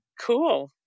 Cool